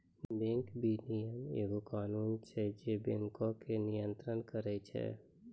bank विनियमन एगो कानून छै जे बैंको के नियन्त्रण करै छै